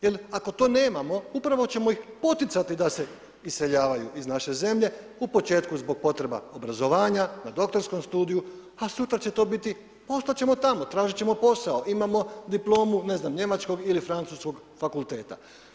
Jer ako to nemamo, upravo ćemo ih poticati, da se iseljavaju iz naše zemlje, u početku zbog potreba obrazovanja, na doktorskom studiju, a sutra će to biti, ostati ćemo tamo, tražiti ćemo posao, imamo diplomu, ne znam njemačkog ili francuskog fakulteta.